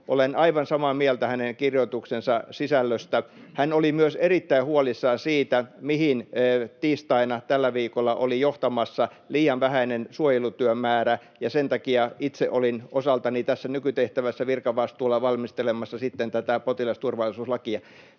Olen aivan samaa mieltä hänen kirjoituksensa sisällöstä. Hän oli myös erittäin huolissaan siitä, mihin tiistaina tällä viikolla oli johtamassa liian vähäinen suojelutyön määrä, ja sen takia itse olin osaltani tässä nykytehtävässä virkavastuulla valmistelemassa sitten tätä potilasturvallisuuslakia.